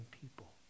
people